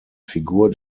figur